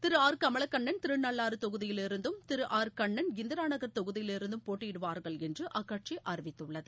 திரு R Kamalakannan Thirunallar தொகுதியிலிருந்தும் Thiru R Kannan Indiranagar தொகுதியிலிருந்தும் போட்டியிடுவார்கள் என்று அக்கட்சி அறிவித்துள்ளது